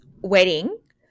wedding